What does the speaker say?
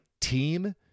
team